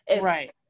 Right